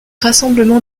rassemblements